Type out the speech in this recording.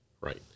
Right